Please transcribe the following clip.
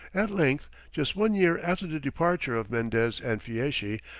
at length, just one year after the departure of mendez and fieschi,